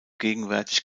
gegenwärtig